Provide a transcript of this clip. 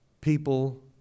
people